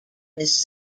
this